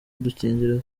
udukingirizo